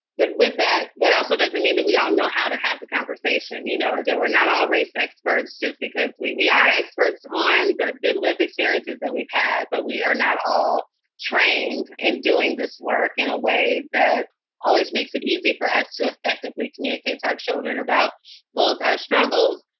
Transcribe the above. but with that, that also doesn't mean that we all know how to have the conversation. you know, we're not all race experts just because we we are experts on the the lived experiences that we've had. but we are not all trained in doing this work in a way that always makes it easy for us to effectively communicate to our children about both our struggles,